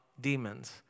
demons